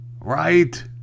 Right